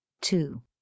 two